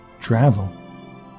Travel